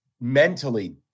mentally